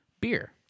beer